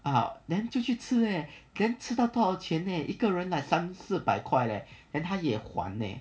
uh then 就去吃 leh then 吃到多少钱 leh 一个人来三四百块 leh then 他也还 leh